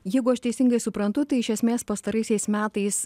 jeigu aš teisingai suprantu tai iš esmės pastaraisiais metais